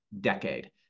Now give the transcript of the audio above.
decade